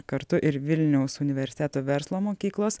kartu ir vilniaus universiteto verslo mokyklos